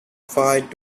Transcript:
fight